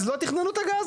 אז לא תכננו את הגז,